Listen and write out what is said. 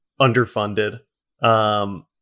underfunded